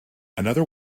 another